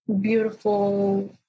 Beautiful